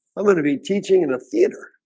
i'm gonna be teaching in a theater.